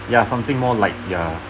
ya something more like ya